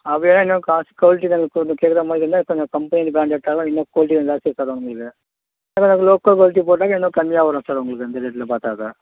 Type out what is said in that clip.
அப்படின்னா இன்னும் காஸ் குவாலிட்டியில் நீங்கள் கொஞ்சம் கேட்குறா மாதிரி இருந்தால் கொஞ்சம் கம்பெனி ப்ராண்ட்டு எடுத்தாலும் இன்னும் குவாலிட்டி ஜாஸ்தியாக தருவாங்க இதில் அதுமாதிரி லோக்கல் குவாலிட்டி போட்டாக்க இன்னும் கம்மியாக வரும் சார் உங்களுக்கு இந்த ரேட்டில் பார்த்தா தான்